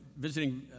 visiting